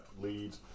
leads